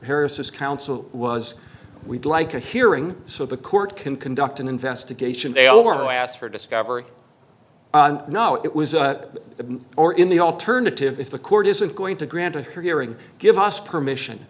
harris's counsel was we'd like a hearing so the court can conduct an investigation they over who asked for discovery no it was the or in the alternative if the court isn't going to grant a hearing give us permission